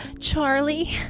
Charlie